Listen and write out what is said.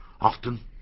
Often